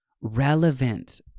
relevant